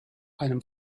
einem